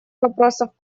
вопросов